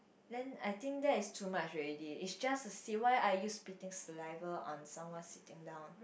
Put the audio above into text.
then I think that is too much already it's just a seat why are you spitting saliva on someone sitting down